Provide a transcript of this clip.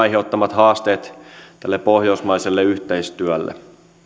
aiheuttamat haasteet tälle pohjoismaiselle yhteistyölle